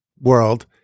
world